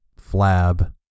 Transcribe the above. flab